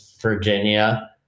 Virginia